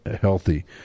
healthy